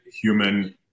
human